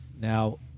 Now